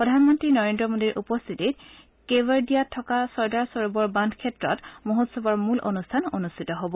প্ৰধানমন্ত্ৰী নৰেদ্ৰ মোদীৰ উপস্থিতিত কেৱৰদিয়াত থকা চৰ্দাৰ সৰোবৰ বান্ধ ক্ষেত্ৰত মহোৎসবৰ মূল অনুষ্ঠান অনুষ্ঠিত হ'ব